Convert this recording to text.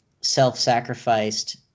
self-sacrificed